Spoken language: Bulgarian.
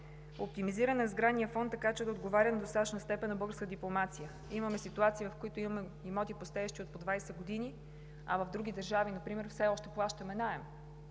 Оптимизиране на сградния фонд, така че да отговаря в достатъчна степен на българската дипломация. Имаме ситуации, в които имаме имоти, пустеещи от по 20 години, а в други държави например все още плащаме наем,